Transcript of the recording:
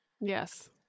Yes